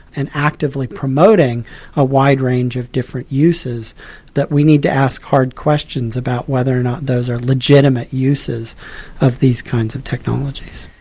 and actively promoting a wide range of different uses that we need to ask hard questions about whether or not those are legitimate uses of these kinds of technologies.